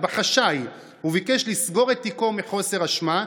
בחשאי וביקש לסגור את תיקו מחוסר אשמה,